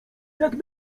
jak